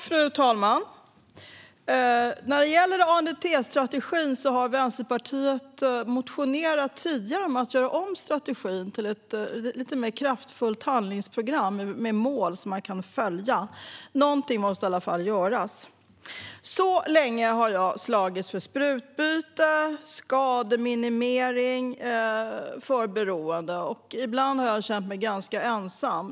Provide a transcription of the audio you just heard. Fru talman! När det gäller ANDT-strategin har Vänsterpartiet tidigare motionerat om att göra om strategin till ett lite mer kraftfullt handlingsprogram med mål som man kan följa. Någonting måste i alla fall göras. Jag har länge slagits för sprututbyte och skademinimering för beroende och har ibland känt mig ganska ensam.